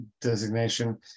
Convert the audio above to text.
designation